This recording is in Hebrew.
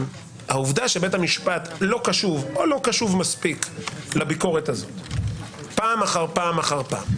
העובדה שבית המשפט לא קשוב מספיק לביקורת הזאת פעם אחר פעם אחר פעם,